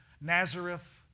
Nazareth